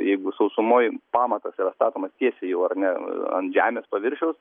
jeigu sausumoj pamatas yra statomas tiesiai jau ar ne ant žemės paviršiaus